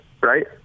right